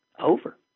Over